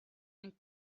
and